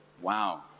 Wow